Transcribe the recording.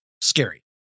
scary